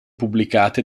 pubblicate